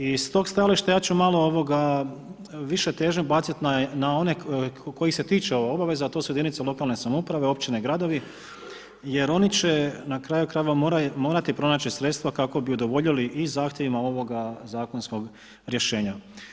I s tog stajališta ja ću malo više težnju baciti na one kojih se tiče ova obaveza, a to su jedinice lokalne samouprave, općine i gradovi jer oni će na kraju-krajeva morati pronaći sredstva kako bi udovoljili i zahtjevima ovoga zakonskog rješenja.